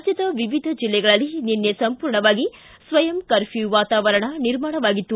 ರಾಜ್ಯದ ವಿವಿಧ ಜಿಲ್ಲೆಗಳಲ್ಲಿ ನಿನ್ನೆ ಸಂಪೂರ್ಣವಾಗಿ ಸ್ವಯಂ ಕರ್ಮ್ಕೂ ವಾತಾವರಣ ನಿರ್ಮಾಣವಾಗಿತ್ತು